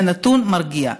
זה נתון מרגיע.